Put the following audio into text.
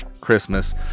Christmas